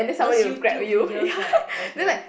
those YouTube videos right okay